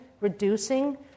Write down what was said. reducing